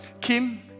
Kim